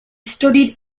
studied